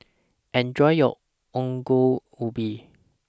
Enjoy your Ongol Ubi